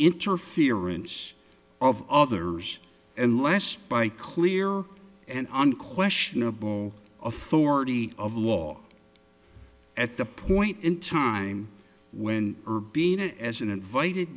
interference of others unless by clear and unquestionable authority of law at the point in time when urbin as an invited